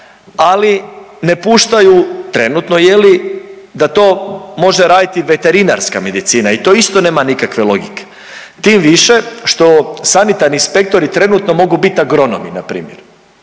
ali ne puštaju, trenutno, je li, da to može raditi veterinarska medicina i to isto nema nikakve logike. Tim više što sanitarni inspektori trenutno mogu bit, agronomi, npr.